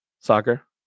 soccer